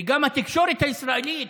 וגם התקשורת הישראלית,